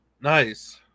Nice